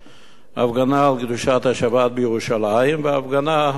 הפגנה על קדושת השבת בירושלים והפגנה בתל-אביב,